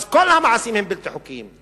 אז כל המעשים הם בלתי חוקיים.